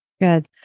Good